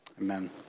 Amen